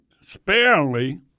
sparingly